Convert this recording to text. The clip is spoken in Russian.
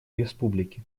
республики